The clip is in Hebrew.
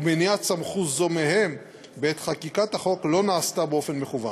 ומניעת סמכות זו מהם בעת חקיקת החוק לא נעשתה באופן מכוון.